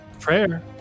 Prayer